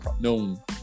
no